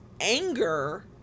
anger